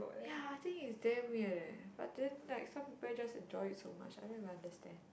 ya I think is damn weird eh but then like some people just enjoy it so much I don't even understand